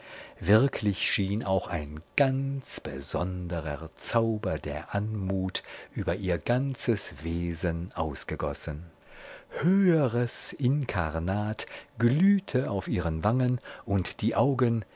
wirklich schien auch ein ganz besonderer zauber der anmut über ihr ganzes wesen ausgegossen höheres inkarnat glühte auf ihren wangen und die augen